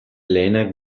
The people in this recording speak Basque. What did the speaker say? lehenak